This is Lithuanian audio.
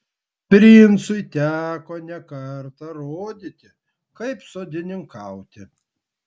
princui teko ne kartą rodyti kaip sodininkauti